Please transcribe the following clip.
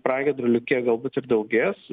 pragiedrulių kiek galbūt ir daugės